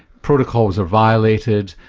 protocols are violated,